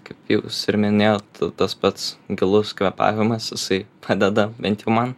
kaip jūs ir minėjot tas pats gilus kvėpavimas jisai padeda bent jau man